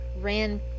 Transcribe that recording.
ran